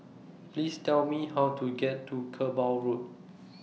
Please Tell Me How to get to Kerbau Road